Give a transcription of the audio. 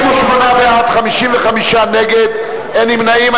28 בעד, 55 נגד, אין נמנעים.